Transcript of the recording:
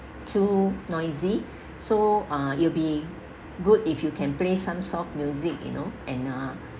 too noisy so uh it'll be good if you can play some soft music you know and uh